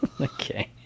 okay